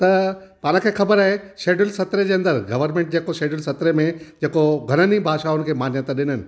त पाण खे ख़बरु आहे शेड्यूल सतरहें जे अंदरि गवर्नमेंट जेको शेड्यूल सतरहें में जेको घणनि ई भाषाउनि खे मान्यता ॾिन्हनि